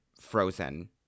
frozen